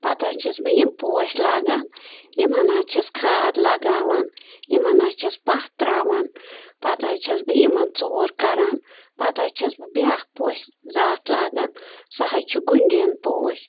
پَتہٕ حظ چھَس بہٕ یِم پوش لاگان یِمن حظ چھَس کھاد لَگاوان یِمن حظ چھَس پَہ تَراوان پتہٕ حظ چھَس بہٕ یِمن ژوٗر کَران پَتہٕ حظ چھَس بہٕ بیٛاکھ پوشہٕ زاتھ لاگان سۄ حظ چھِ گُنٛڈین پوش